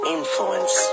Influence